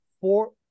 four